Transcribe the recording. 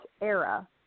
era –